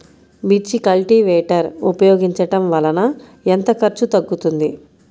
మిర్చి కల్టీవేటర్ ఉపయోగించటం వలన ఎంత ఖర్చు తగ్గుతుంది?